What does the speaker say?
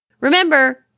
Remember